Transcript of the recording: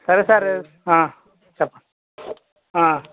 సరే సార్ రే చెప్పండి